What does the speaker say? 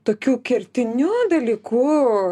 tokiu kertiniu dalyku